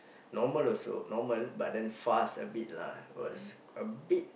normal also normal but then fast a bit lah was a bit